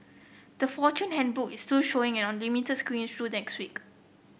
the Fortune Handbook is still showing on limited screen through next week